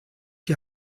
die